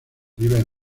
viven